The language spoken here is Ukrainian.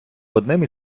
одним